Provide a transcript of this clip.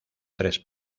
tres